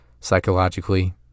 psychologically